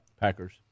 Packers